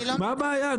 מה הבעיה?